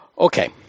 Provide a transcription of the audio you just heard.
Okay